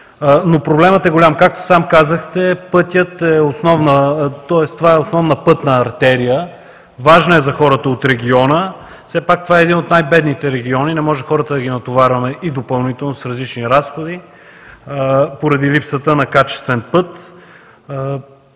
но проблемът е голям. Както сам казахте, пътят е основна пътна артерия, важна е за хората от региона. Все пак, това е един от най-бедните региони. Не можем хората да ги натоварваме и допълнително с различни разходи, поради липсата на качествен път.